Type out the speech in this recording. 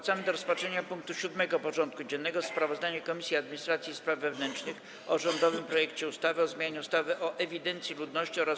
Powracamy do rozpatrzenia punktu 7. porządku dziennego: Sprawozdanie Komisji Administracji i Spraw Wewnętrznych o rządowym projekcie ustawy o zmianie ustawy o ewidencji ludności oraz